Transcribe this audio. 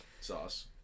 sauce